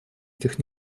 этих